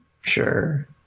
Sure